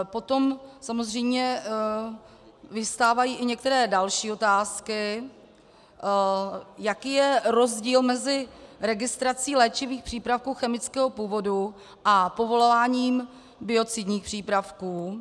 Potom samozřejmě vyvstávají i některé další otázky: Jaký je rozdíl mezi registrací léčivých přípravků chemického původu a povolováním biocidních přípravků?